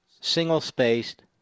single-spaced